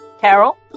Carol